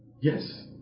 Yes